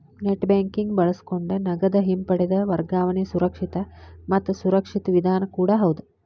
net banking ಬಳಸಕೊಂಡ ನಗದ ಹಿಂಪಡೆದ ವರ್ಗಾವಣೆ ಸುರಕ್ಷಿತ ಮತ್ತ ಸುರಕ್ಷಿತ ವಿಧಾನ ಕೂಡ ಹೌದ್